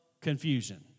confusion